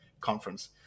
conference